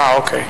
אה, אוקיי.